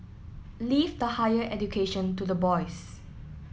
leave the higher education to the boys